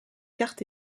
carte